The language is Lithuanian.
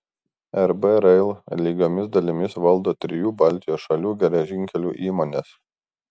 rb rail lygiomis dalimis valdo trijų baltijos šalių geležinkelių įmonės